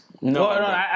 No